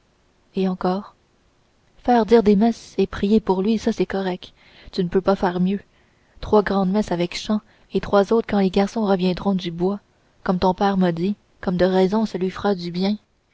et encore faire dire des messes et prier pour lui ça c'est correct tu ne peux pas faire mieux trois grand messes avec chant et trois autres quand les garçons reviendront du bois comme ton père l'a dit comme de raison ça lui fera du bien